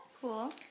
Cool